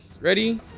Ready